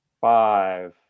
Five